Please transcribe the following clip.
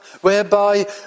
whereby